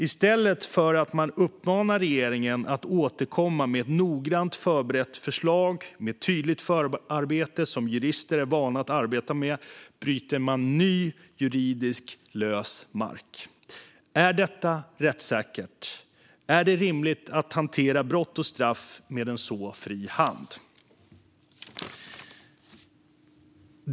I stället för att man uppmanar regeringen att återkomma med ett noggrant förberett förslag med tydligt förarbete som jurister är vana att arbeta med bryter man ny juridisk lös mark. Är detta rättssäkert? Är det rimligt att hantera brott och straff med så fri hand?